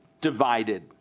divided